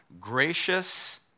Gracious